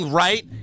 right